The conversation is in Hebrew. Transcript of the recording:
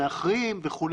מאחרים וכו',